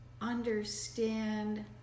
understand